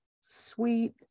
sweet